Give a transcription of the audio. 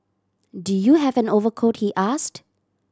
do you have an overcoat he asked